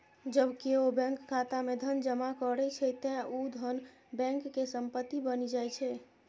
जब केओ बैंक खाता मे धन जमा करै छै, ते ऊ धन बैंक के संपत्ति बनि जाइ छै